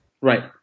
Right